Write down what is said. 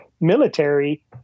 military